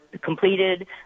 completed